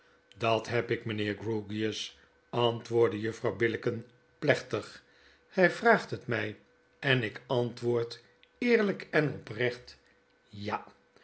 dat neb ik mynheer grewgious antwoordde juffrouw billicken plechtig gg vraagt het mil en ik antwoord eerlgkenoprecht ja